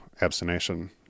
abstination